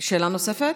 שאלה נוספת?